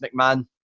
McMahon